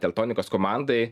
teltonikos komandai